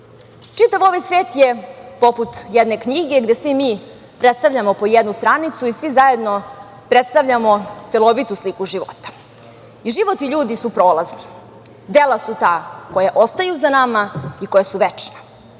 ovaj svet je poput jedne knjige gde mi svi predstavljamo po jednu stranicu i svi zajedno predstavljamo celovitu sliku života. I život i ljudi su prolazni. Dela su ta koja ostaju za nama i koja su večna.